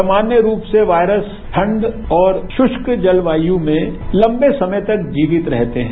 सामान्य रूप से वायरस ठंड और श्रृष्क जलवायू में लंबे समय तक जीवित रहते हैं